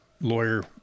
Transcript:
lawyer